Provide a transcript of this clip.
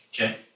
Okay